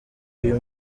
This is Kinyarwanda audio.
uyu